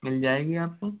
मिल जाएगी आपको